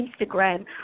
Instagram